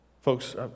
Folks